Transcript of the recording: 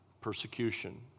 persecution